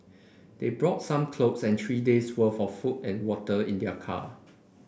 they brought some clothes and three days' worth of food and water in their car